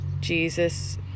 Jesus